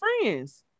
friends